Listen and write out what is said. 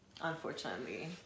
Unfortunately